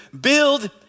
build